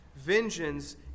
Vengeance